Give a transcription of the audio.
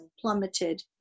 plummeted